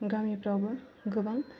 गामिफोरावबो गोबां